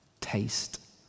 taste